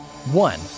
One